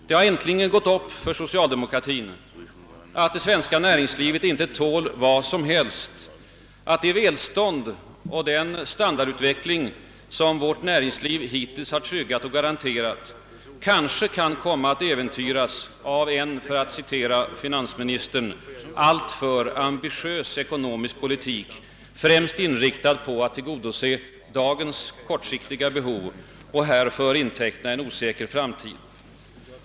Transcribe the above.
Det har äntligen gått upp för socialdemokratin att det svenska näringslivet inte tål vad som helst, att det välstånd och den standarutveckling som vårt näringsliv hittills har garanterat kanske kan komma att äventyras av en — för att citera finansministern — alltför »ambitiös» ekonomisk politik, främst inriktad på att tillgodose dagens kortsiktiga behov och härför inteckna en osäker framtid.